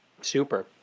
Super